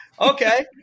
Okay